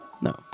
no